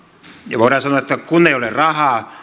ja voidaan sanoa että kun ei ole rahaa